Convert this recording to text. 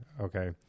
Okay